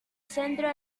centro